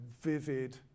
vivid